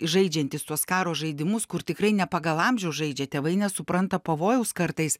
žaidžiantys tuos karo žaidimus kur tikrai ne pagal amžių žaidžia tėvai nesupranta pavojaus kartais